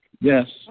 Yes